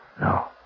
No